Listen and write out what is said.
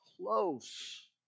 close